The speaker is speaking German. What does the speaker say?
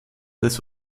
des